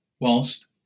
whilst